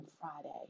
Friday